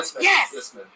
Yes